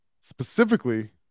Specifically